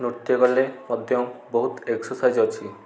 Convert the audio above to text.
ନୃତ୍ୟ କଲେ ମଧ୍ୟ ବହୁତ ଏକ୍ସରସାଇଜ୍ ଅଛି